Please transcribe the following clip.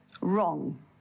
Wrong